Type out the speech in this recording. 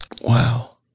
Wow